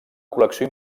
col·lecció